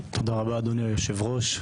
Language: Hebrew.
תודה רבה, אדוני היושב-ראש.